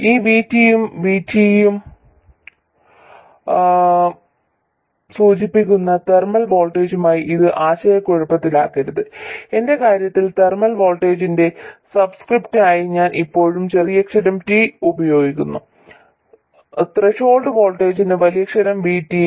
ഈ VT ഉം Vt യും സൂചിപ്പിക്കുന്ന തെർമൽ വോൾട്ടേജുമായി ഇത് ആശയക്കുഴപ്പത്തിലാക്കരുത് എന്റെ കാര്യത്തിൽ തെർമൽ വോൾട്ടേജിന്റെ സബ്സ്ക്രിപ്റ്റിനായി ഞാൻ എപ്പോഴും ചെറിയക്ഷരം t ഉപയോഗിക്കുന്നു ത്രെഷോൾഡ് വോൾട്ടേജിന് വലിയക്ഷരം VT